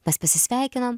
mes pasisveikinom